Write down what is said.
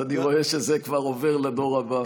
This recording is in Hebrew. אז אני רואה שזה כבר עובר לדור הבא.